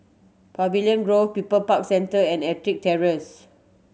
Pavilion Grove People Park Centre and Ettrick Terrace